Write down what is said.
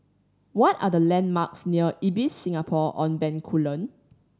what are the landmarks near Ibis Singapore On Bencoolen